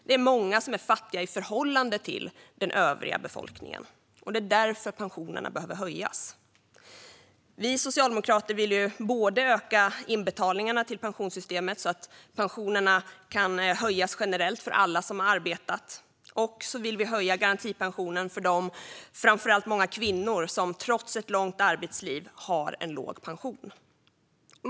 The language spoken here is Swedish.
Det är många som är fattiga i förhållande till övriga befolkningen, och därför behöver pensionerna höjas. Vi socialdemokrater vill både öka inbetalningarna till pensionssystemet så att pensionerna kan höjas generellt för alla som arbetat och höja garantipensionen för dem som trots ett långt arbetsliv har en låg pension, framför allt många kvinnor.